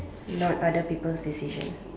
not other people's decision